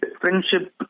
friendship